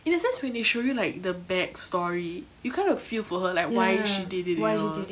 in a sense when they show you like the backstory you kind of feel for her like why she did it and all